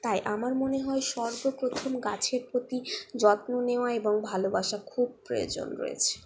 তাই আমার মনে হয় সর্বপ্রথম গাছের প্রতি যত্ন নেওয়া এবং ভালোবাসা খুব প্রয়োজন রয়েছে